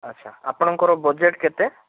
ଆଚ୍ଛା ଆପଣଙ୍କର ବଜେଟ୍ କେତେ